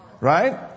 Right